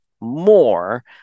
more